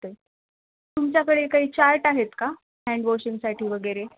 okay तुमच्याकडे काही chart आहेत का हँड वॉशिंगसाठीवगैरे